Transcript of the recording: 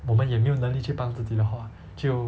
我们也没有能力去帮自己的的话就